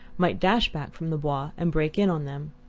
might dash back from the bois and break in on them.